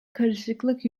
karışıklık